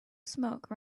smoke